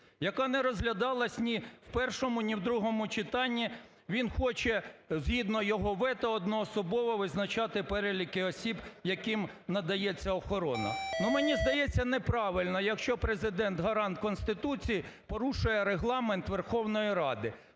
яка не розглядалась ні в першому, ні в другому читанні, він хоче згідно його вето одноособово визначати переліки осіб, яким надається охорона. Мені здається, неправильно, якщо Президент, гарант Конституції, порушує Регламент Верховної Ради.